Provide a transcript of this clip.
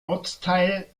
ortsteil